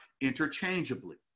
interchangeably